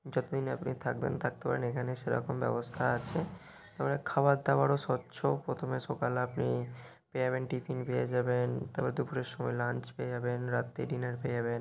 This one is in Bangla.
যতদিন আপনি থাকবেন থাকতে পারেন এখানে সেরকম ব্যবস্থা আছে তারপরে খাবার দাবারও স্বচ্ছ প্রথমে সকালে আপনি পেয়ে যাবেন টিফিন পেয়ে যাবেন তারপরে দুপুরের সময় লাঞ্চ পেয়ে যাবেন রাত্রে ডিনার পেয়ে যাবেন